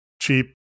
cheap